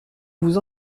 vous